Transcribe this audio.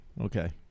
Okay